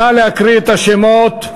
נא להקריא את השמות.